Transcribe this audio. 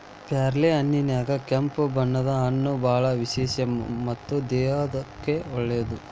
ಪ್ಯಾರ್ಲಹಣ್ಣಿನ್ಯಾಗ ಕೆಂಪು ಬಣ್ಣದ ಹಣ್ಣು ಬಾಳ ವಿಶೇಷ ಮತ್ತ ದೇಹಕ್ಕೆ ಒಳ್ಳೇದ